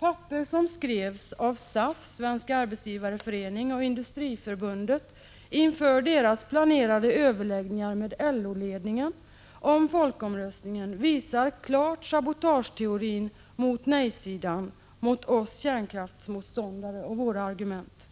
Papper som skrevs av SAF - Svenska arbetsgivareföreningen — och Industriförbundet inför deras planerade överläggningar med LO-ledningen om folkomröstningen visar klart på sabotageteorin mot nej-sidan, alltså mot oss kärnkraftsmotståndare och våra argument.